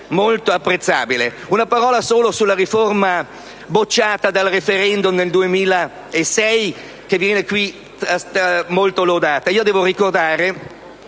Una parola sulla riforma bocciata dal *referendum* del 2006, che viene qui molto lodata.